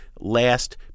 last